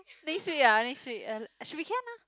next week ah next week I should be can lah